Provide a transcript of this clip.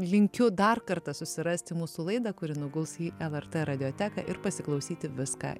linkiu dar kartą susirasti mūsų laidą kuri nuguls į lrt radijo teka ir pasiklausyti viską